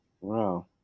Wow